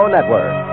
Network